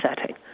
setting